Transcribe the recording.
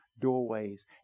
doorways